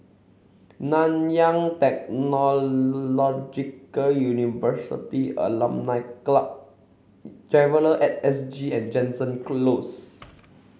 Nanyang Technological University Alumni Club Traveller at S G and Jansen Close